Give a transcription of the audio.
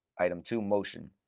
item two, motion.